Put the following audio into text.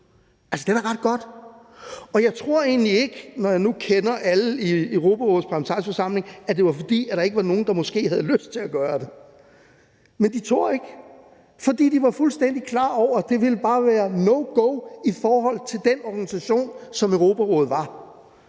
Altså, det er da ret godt. Og jeg tror egentlig ikke, når jeg nu kender alle i Europarådets Parlamentariske Forsamling, at det var, fordi der ikke var nogen, der måske havde lyst til at gøre det; men de turde ikke, fordi de var fuldstændig klar over, at det bare ville være no go i forhold til den organisation, som Europarådet var.